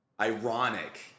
ironic